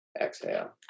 exhale